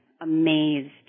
amazed